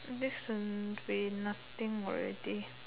this should be nothing already